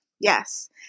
Yes